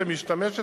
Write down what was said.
שמשתמשת,